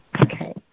Okay